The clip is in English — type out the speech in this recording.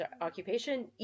occupation